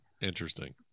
Interesting